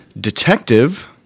Detective